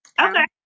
Okay